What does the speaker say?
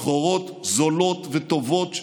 סחורות זולות וטובות,